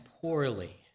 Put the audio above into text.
poorly